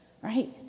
right